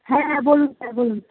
হ্যাঁ হ্যাঁ বলুন স্যার বলুন